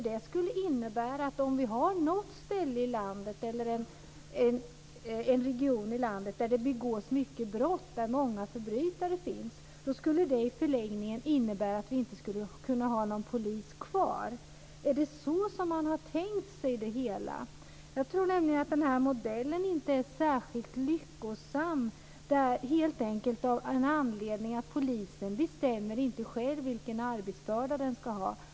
Den skulle innebära att om vi har något ställe eller en region i landet där det begås många brott och där många förbrytare finns skulle det i förlängningen kunna innebära att vi inte skulle kunna ha någon polis kvar. Är det så man har tänkt sig det hela? Jag tror inte att den modellen är särskilt lyckosam. Anledningen är helt enkelt att det inte är polisen som själv bestämmer vilken arbetsbörda den ska ha.